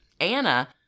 Anna